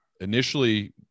initially